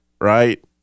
right